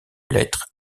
lettre